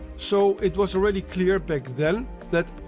so, it was already clear back then that,